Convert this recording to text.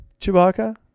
Chewbacca